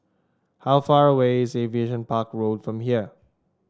how far away is Aviation Park Road from here